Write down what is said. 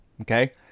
Okay